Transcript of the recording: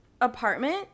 apartment